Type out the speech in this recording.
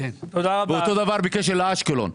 אותו הדבר בקשר לאשקלון.